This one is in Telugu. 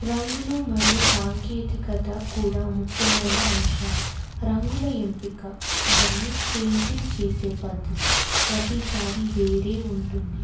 రంగులు మరియు సాంకేతికత కూడా ముఖ్యమైన అంశాలు రంగుల ఎంపిక మరియు పెయింటింగ్ చేసే పద్ధతి ప్రతిసారి వేరే ఉంటుంది